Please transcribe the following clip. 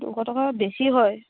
দুশ টকা বেছি হয়